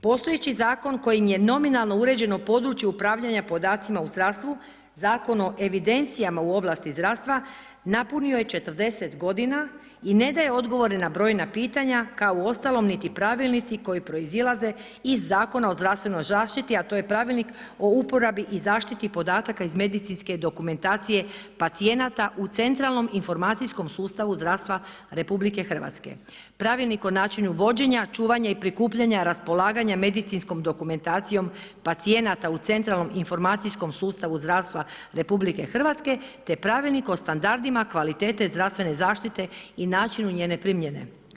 Postojeći zakon kojim je nominalno uređeno područje upravljanja podacima u zdravstvu, Zakon o evidencijama u ovlasti zdravstva, napunio je 40 g. i ne daje odgovore na brojna pitanja kao u ostalom niti pravilnici koji proizlaze iz Zakona o zdravstvenoj zaštititi a to je Pravilnik o uporabi i zaštiti podataka iz medicinske dokumentacije pacijenata u centralnom informacijskom sustavu zdravstva RH, Pravilnik o načinu vođenja, čuvanje i prikupljanja, raspolaganja medicinskog dokumentacijom pacijenata u centralnom informacijskom sustavu zdravstva RH te Pravilnik o standardima kvalitete zdravstvene zaštite i načinu njene primjene.